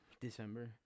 December